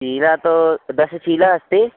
चीला तु दश चीला अस्ति